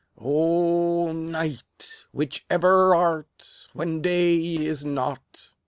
o night, which ever art when day is not!